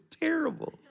terrible